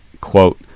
quote